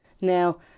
Now